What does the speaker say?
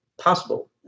possible